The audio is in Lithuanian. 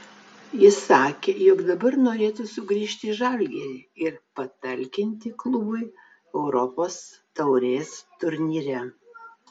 jis sakė jog dabar norėtų sugrįžti į žalgirį ir patalkinti klubui europos taurės turnyre